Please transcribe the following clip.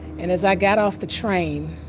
and as i got off the train,